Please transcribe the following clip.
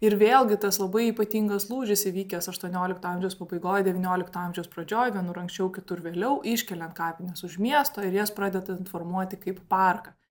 ir vėlgi tas labai ypatingas lūžis įvykęs aštuoniolikto amžiaus pabaigoj devyniolikto amžiaus pradžioj vienur anksčiau kitur vėliau iškeliant kapines už miesto ir jas pradedant formuoti kaip parką